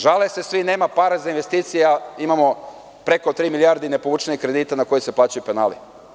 Žale se svi da nema para za investicije, a imamo preko tri milijardi ne povučenih kredita na koje se plaćaju penali.